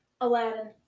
Aladdin